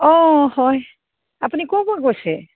অঁ হয় আপুনি ক'ৰ পৰা কৈছে